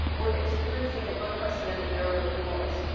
we're experiencing an unprecedented era of noise.